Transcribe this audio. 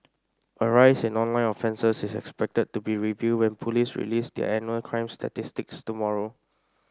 a rise in online offences is expected to be revealed when police release their annual crime statistics tomorrow